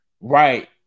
right